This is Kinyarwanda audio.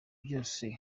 byose